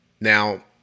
now